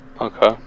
Okay